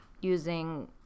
using